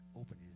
open